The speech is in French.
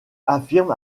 affirme